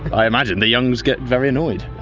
i imagine the young ones get very annoyed. or